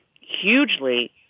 hugely